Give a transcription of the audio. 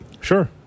Sure